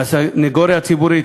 מהסנגוריה הציבורית,